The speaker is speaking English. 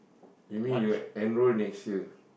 you mean you enroll next year